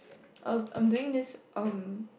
I was I'm doing this um